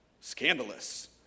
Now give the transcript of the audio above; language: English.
Scandalous